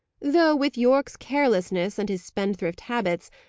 though, with yorke's carelessness and his spendthrift habits,